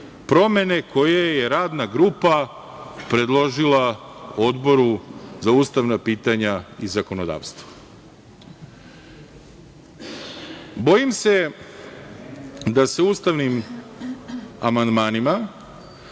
promene koje je Radna grupa predložila, Odboru za ustavna pitanja i zakonodavstvo. Bojim se, da se ustavnim amandmanima,